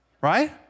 right